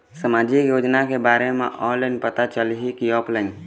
सामाजिक योजना के बारे मा ऑनलाइन पता चलही की ऑफलाइन?